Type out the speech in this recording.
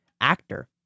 actor